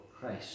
Christ